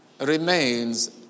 remains